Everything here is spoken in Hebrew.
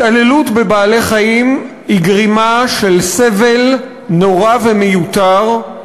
התעללות בבעלי-חיים היא גרימת סבל נורא ומיותר,